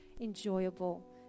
enjoyable